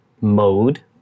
mode